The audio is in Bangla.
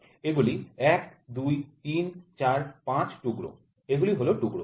এগুলি ১২৩৪৫ টুকরো এগুলি হল টুকরো